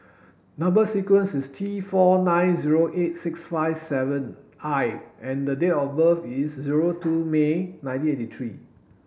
number sequence is T four nine zero eight six five seven I and the date of birth is zero two May nineteen eighty three